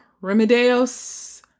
Remedios